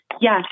Yes